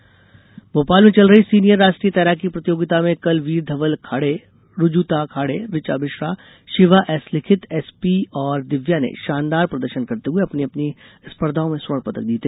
खेलकूद भोपाल में चल रही सीनियर राष्ट्रीय तैराकी प्रतियोगिता में कल Veer Dhawal Khade Rujuta Khade Richa Mishra Shiva S Likhit S P और दिव्या ने शानदार प्रदर्शन करते हुए अपनी अपनी स्पर्धाओं में स्वर्णपदक जीते